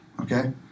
okay